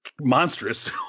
monstrous